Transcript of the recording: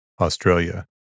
Australia